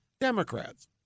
democrats